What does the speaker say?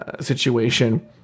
situation